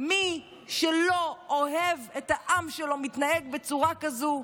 מי שלא אוהב את העם שלו מתנהג בצורה כזו,